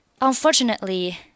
unfortunately